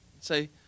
say